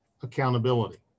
Accountability